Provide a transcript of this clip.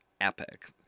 epic